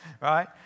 right